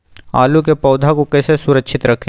आलू के पौधा को कैसे सुरक्षित रखें?